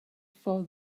for